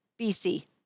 BC